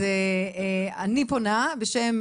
אז אני פונה, בשם